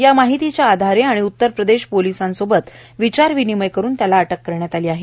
या माहितीच्या आधारे आणि उत्तर प्रदेश पोलिसांसोबत विचारविनिमय करून त्याला अटक करण्यात आली आहे